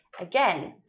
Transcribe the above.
again